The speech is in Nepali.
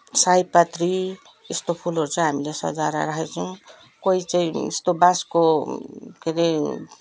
सयपत्री यस्तो फुलहरू चाहिँ हामीले सजाएर राखेको छौँ कोही चाहिँ त बाँसको के अरे